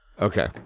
Okay